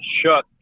shut